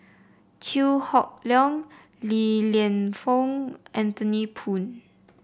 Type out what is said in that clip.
Chew Hock Leong Li Lienfung Anthony Poon